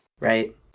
Right